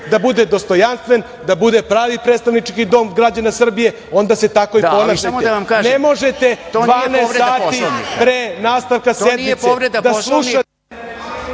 da bude dostojanstven, da bude pravi predstavnički dom građana Srbije, onda se tako i ponašajte. Ne možete 12 sati pre nastavka sednice da slušate…